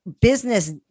business